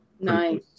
Nice